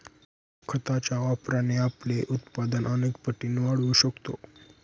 खताच्या वापराने आपण आपले उत्पादन अनेक पटींनी वाढवू शकतो